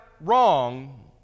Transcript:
wrong